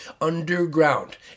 underground